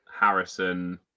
Harrison